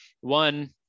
One